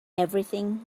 everything